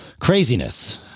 Craziness